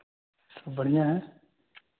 सब बढ़िया है